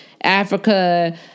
Africa